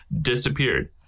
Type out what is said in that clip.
disappeared